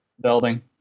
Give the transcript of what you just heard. Building